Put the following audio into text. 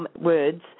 words